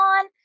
on